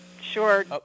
Sure